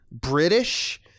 British